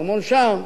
ארמון שם,